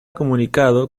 comunicado